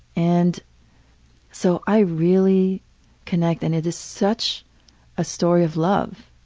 and so i really connect and it is such a story of love.